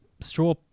Straw